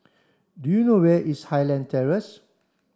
do you know where is Highland Terrace